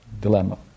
dilemma